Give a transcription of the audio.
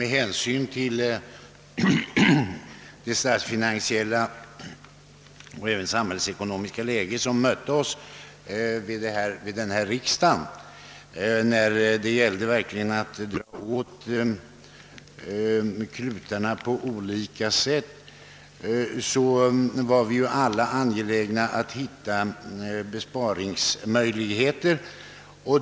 Det statsfinansiella och samhällsekonomiska läge som rådde när denna riksdag började föranledde oss att verkligen dra åt knutarna på olika håll, och vi var alla angelägna om att hitta besparingsmöjligheter.